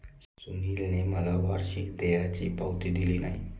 सुनीलने मला वार्षिक देयाची पावती दिली नाही